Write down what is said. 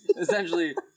Essentially